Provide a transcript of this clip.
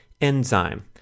Enzyme